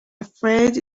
afraid